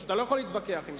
אתה לא יכול להתווכח עם זה.